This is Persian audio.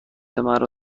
مرا